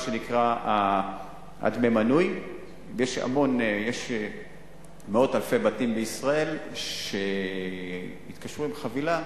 יש מאות אלפי בתים ישראלים שהתקשרו עם חבילה,